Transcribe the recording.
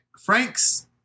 Frank's